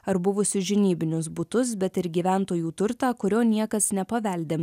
ar buvusius žinybinius butus bet ir gyventojų turtą kurio niekas nepaveldi